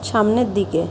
সামনের দিকে